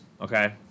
okay